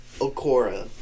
O'Kora